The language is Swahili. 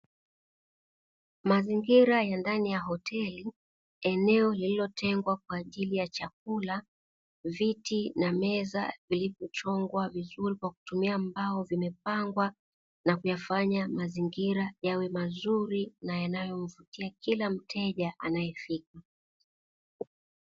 Mazingira ya ndani ya hoteli, eneo lililotengwa kwa ajili ya chakula, viti na meza vilivyochongwa vizuri kwa kutumia mbao vimepangwa na kuyafanya mazingira yawe mazuri na yanayovutia kila mteja anayefika.